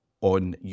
on